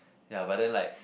ya but then like